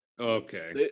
Okay